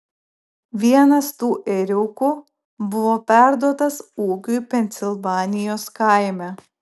vienas tų ėriukų buvo perduotas ūkiui pensilvanijos kaime